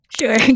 Sure